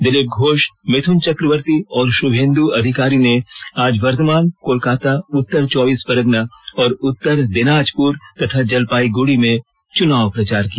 दिलीप घोष मिथुन चक्रवर्ती और शुभेन्द् अधिकारी ने आज बर्धमान कोलकाता उत्तर चौबीस परगना और उत्तर दिनाजपुर तथा जलपाईगुड़ी में चुनाव प्रचार किया